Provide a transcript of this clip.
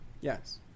Yes